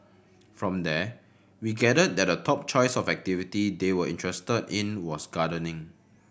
from there we gathered that the top choice of activity they were interested in was gardening